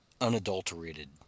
unadulterated